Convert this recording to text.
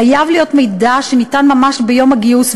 חייב להיות מידע שניתן ממש ביום הגיוס,